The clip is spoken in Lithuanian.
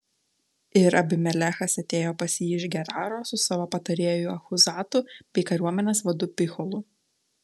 ir abimelechas atėjo pas jį iš geraro su savo patarėju achuzatu bei kariuomenės vadu picholu